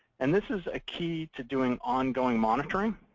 and this is a key to doing ongoing monitoring.